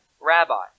rabbi